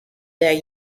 that